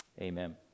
amen